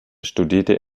studierte